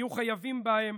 יהיו חייבים בהם,